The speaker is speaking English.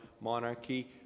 monarchy